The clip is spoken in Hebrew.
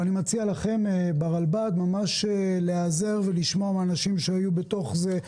ואני מציע לכם ברלב"ד להיעזר ולשמוע מאנשים שהיו בתוך זה.